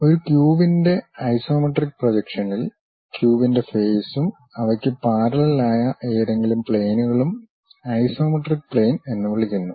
ഒരു ക്യൂബിന്റെ ഐസോമെട്രിക് പ്രൊജക്ഷനിൽ ക്യൂബിന്റെ ഫേസും അവയ്ക്ക് പാരല്ലെൽ ആയ ഏതെങ്കിലും പ്ലെയിനുകളും ഐസോമെട്രിക് പ്ലെയിൻ എന്ന് വിളിക്കുന്നു